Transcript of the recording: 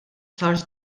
sarx